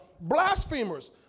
blasphemers